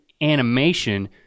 animation